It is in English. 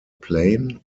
plane